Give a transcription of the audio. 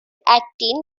acting